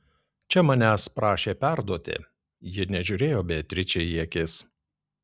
čia manęs prašė perduoti ji nežiūrėjo beatričei į akis